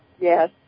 Yes